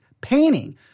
painting